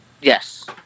Yes